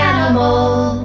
Animals